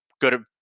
good